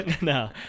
no